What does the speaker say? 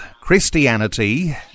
Christianity